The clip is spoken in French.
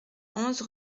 onze